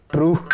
True